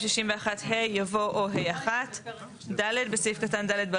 261(ה)" יבוא "או (ה1)"; בסעיף קטן (ד),